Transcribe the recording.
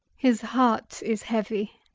his heart is heavy.